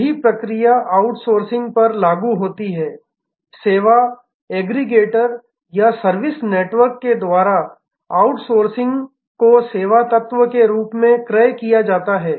यही प्रक्रिया आउटसोर्सिंग पर लागू होती है सेवा एग्रीगेटर या सर्विस नेटवर्क द्वारा आउटसोर्सिंग को सेवा तत्व के रूप में क्रय किया जाता है